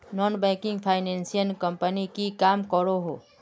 Non banking finance company की काम करोहो?